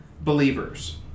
believers